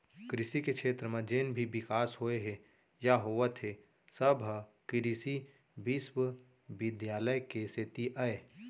कृसि के छेत्र म जेन भी बिकास होए हे या होवत हे सब ह कृसि बिस्वबिद्यालय के सेती अय